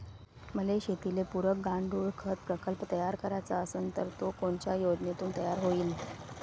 मले शेतीले पुरक गांडूळखत प्रकल्प तयार करायचा असन तर तो कोनच्या योजनेतून तयार होईन?